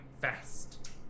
fast